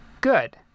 Good